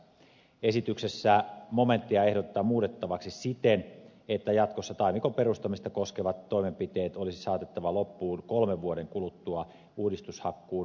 esityksessä momenttia ehdotetaan muutettavaksi siten että jatkossa taimikon perustamista koskevat toimenpiteet olisi saatettava loppuun kolmen vuoden kuluttua uudistushakkuun päättymisestä